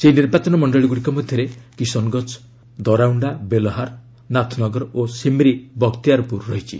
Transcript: ସେହି ନିର୍ବାଚନ ମଣ୍ଡଳଗୁଡ଼ିକ ମଧ୍ୟରେ କିଶନଗଞ୍ଜ ଦରାଉଣ୍ଡା ବେଲହାର୍ ନାଥନଗର ଓ ସିମ୍ରି ବଖ୍ତିଆରପୁର ରହିଛି